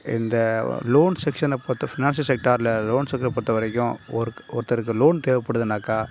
இந்த லோன் செக்ஷன்ன பார்த்து பினான்சிஸ் செக்டார்ல லோன்ஸ்ஸுக்கு பொறுத்தவரைக்கும் ஒரு ஒருத்தருக்கு லோன் தேவைப்படுதுனாக்கா